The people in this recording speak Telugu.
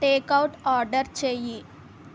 టేక్ఔట్ ఆర్డర్ చేయి